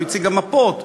הוא הציג גם מפות.